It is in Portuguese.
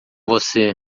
você